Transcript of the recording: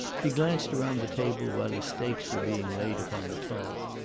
he glanced round the table while the stakes were being laid upon the cloth,